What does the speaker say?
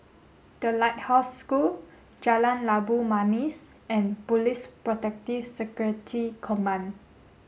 the Lighthouse School Jalan Labu Manis and Police Protective Security Command